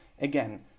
Again